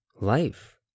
life